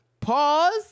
pause